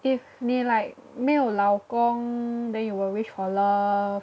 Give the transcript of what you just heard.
if 你 like 没有老公 then you will wish for love